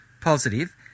positive